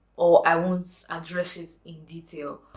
or i won't address it in detail.